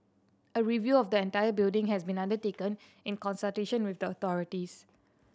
a review of the entire building has been undertaken in consultation with the authorities